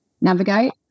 navigate